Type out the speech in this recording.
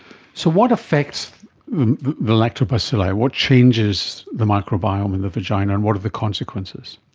so what affects the lactobacilli, what changes the microbiome in the vagina and what are the consequences?